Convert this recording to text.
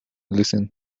listen